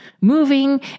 moving